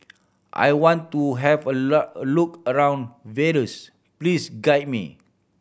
I want to have a look around Vaduz please guide me